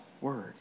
word